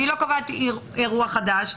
לא קובעת אירוע חדש,